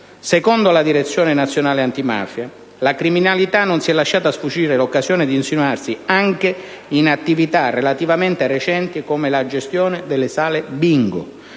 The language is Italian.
Secondo la Direzione nazionale antimafia «la criminalità non si è lasciata sfuggire l'occasione di insinuarsi anche in attività relativamente recenti, come la gestione delle sale Bingo.